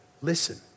Listen